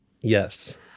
Yes